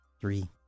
three